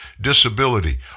disability